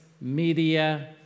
media